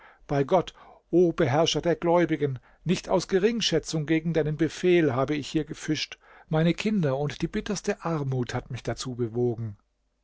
bei gott o beherrscher der gläubigen nicht aus geringschätzung gegen deinen befehl habe ich hier gefischt meine kinder und die bitterste armut hat mich dazu bewogen